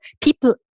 people